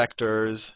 vectors